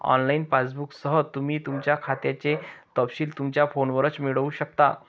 online पासबुकसह, तुम्ही तुमच्या खात्याचे तपशील तुमच्या फोनवरच मिळवू शकता